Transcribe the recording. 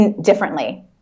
differently